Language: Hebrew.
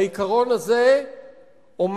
העיקרון הזה אומר: